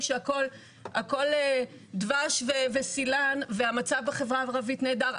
הכל דבש וסילאן והמצב בחברה הערבית נהדר,